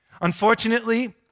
Unfortunately